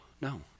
No